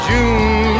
June